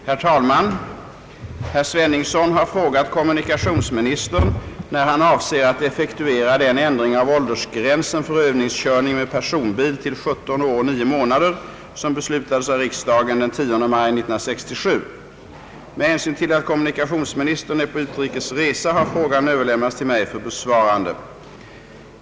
Herr talman! Herr Sveningsson har frågat kommunikationsministern när han avser att effektuera den ändring av åldersgränsen för övningskörning med personbil till 17 år 9 månader som beslutades av riksdagen den 10 maj 1967. Med hänsyn till att kommunikationsministern är på utrikes resa har frågan överlämnats till mig för besvarande.